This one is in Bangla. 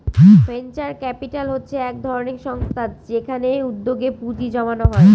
ভেঞ্চার ক্যাপিটাল হচ্ছে এক ধরনের সংস্থা যেখানে উদ্যোগে পুঁজি জমানো হয়